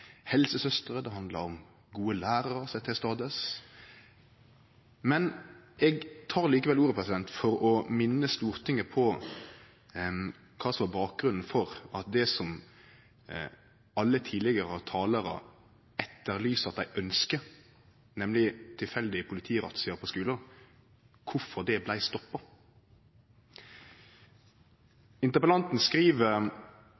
gode lærarar som er til stades. Eg tek likevel ordet for å minne Stortinget på kva som var bakgrunnen for at det som alle tidlegare talarar etterlyser og ønskjer, nemleg tilfeldige politirazziaer på skulane, vart stoppa. Interpellanten skriv i